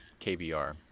kbr